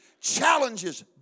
challenges